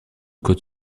code